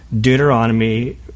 Deuteronomy